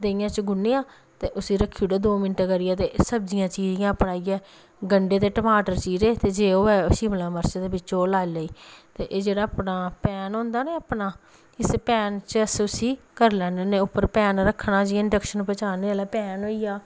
देहियैं च गुन्नेआ ते उसी रक्खी ओड़ेआ दो मिन्ट करियै ते सब्जियां चीरीयां अपनै गंढे ते टमाटर चीरे ते जे होऐ शिमला मर्च ते बिच्च ओह् लाई लेई ते एह् जेह्ड़ा पैन होंदा न अपना इस पैन अस उसी करी लैन्ने होन्ने उप्पर पैन रक्खना जि'यां इंडक्शन पर चाढ़ने आह्ला पैन होई गेआ